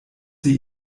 sie